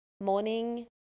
morning